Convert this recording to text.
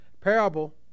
parable